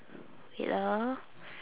wait ah